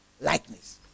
Likeness